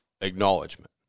Acknowledgement